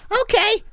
Okay